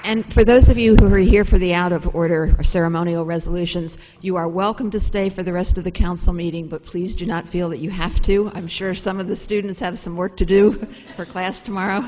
and for those of you three here for the out of order ceremonial resolutions you are welcome to stay for the rest of the council meeting but please do not feel that you have to i'm sure some of the students have some work to do for class tomorrow